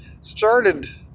started